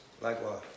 Likewise